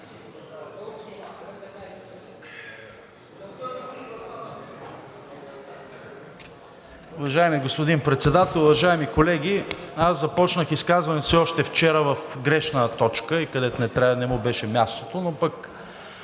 Уважаеми господин Председател, уважаеми колеги! Аз започнах изказването си още вчера в грешна точка и където не му беше мястото, но пък